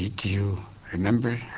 you remember